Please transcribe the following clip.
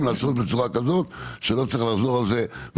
לעשות בצורה כזאת שלא צריך לחזור על זה,